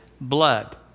blood